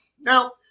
now